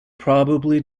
probably